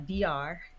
dr